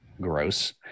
Gross